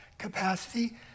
capacity